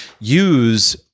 use